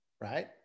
Right